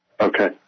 Okay